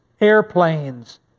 airplanes